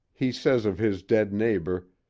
he says of his dead neighbor,